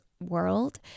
world